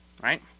right